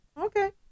Okay